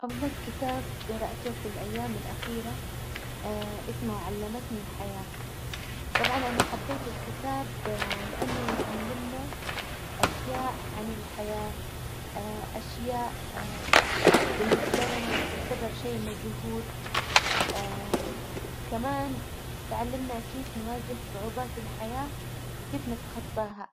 أفضل كتاب جرأته في الأيام الأخيرة إسمه علمتني الحياة، طبعا أنا حبيت الكتاب لإنه يعلمنا أشياء عن الحياة أشياء بالنسبة لنا تعتبر شي مجهول كمان تعلمنا كيف نواجه صعوبات الحياة وكيف نتخطاها.